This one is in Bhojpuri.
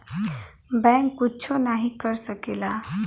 बैंक कुच्छो नाही कर सकेला